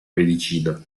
medicina